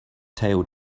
tail